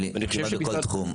אלי, כמעט בכל תחום,